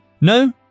No